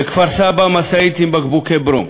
בכפר-סבא, משאית עם בקבוקי ברום,